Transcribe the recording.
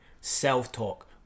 self-talk